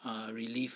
err relief